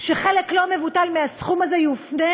שחלק לא מבוטל מהסכום הזה יופנה